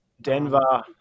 Denver